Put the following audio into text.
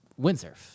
windsurf